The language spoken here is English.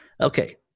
Okay